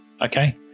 Okay